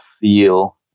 feel